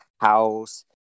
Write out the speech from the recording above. house